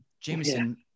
Jameson